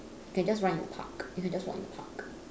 you can just run in the park you can just walk in the park